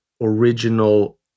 original